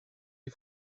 les